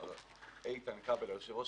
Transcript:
איתן כבל היושב-ראש,